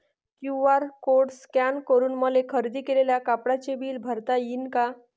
QR code scan करून मले खरेदी केलेल्या कापडाचे बिल भरता यीन का?